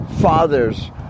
fathers